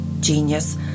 genius